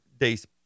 day's